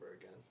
again